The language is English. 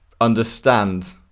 understand